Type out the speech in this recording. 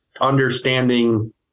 understanding